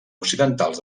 occidentals